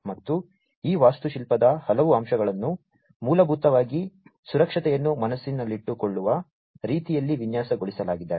ಮತ್ತು ಈ ವಾಸ್ತುಶಿಲ್ಪದ ಹಲವು ಅಂಶಗಳನ್ನು ಮೂಲಭೂತವಾಗಿ ಸುರಕ್ಷತೆಯನ್ನು ಮನಸ್ಸಿನಲ್ಲಿಟ್ಟುಕೊಳ್ಳುವ ರೀತಿಯಲ್ಲಿ ವಿನ್ಯಾಸಗೊಳಿಸಲಾಗಿದೆ